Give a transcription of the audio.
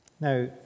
Now